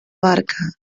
barca